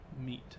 meet